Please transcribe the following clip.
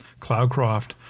Cloudcroft